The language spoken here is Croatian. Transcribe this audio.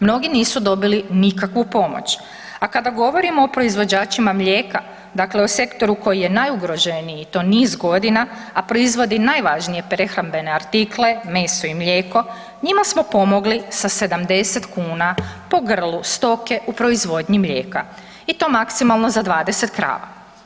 Mnogi nisu dobili nikakvu pomoć, a kada govorimo o proizvođačima mlijeka, dakle o sektoru koji je najugroženiji i to niz godina, a proizvodi najvažnije prehrambene artikle, meso i mlijeko njima smo pomogli sa 70 kuna po grlu stoke u proizvodnji mlijeka i to maksimalno za 20 krava.